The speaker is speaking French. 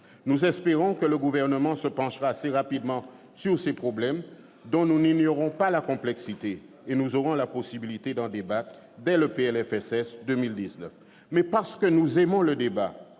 Nous espérons que le Gouvernement se penchera assez rapidement sur ces problèmes, dont nous n'ignorons pas la complexité. Nous aurons la possibilité d'en débattre dès le projet de loi de financement de la